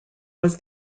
was